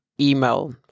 email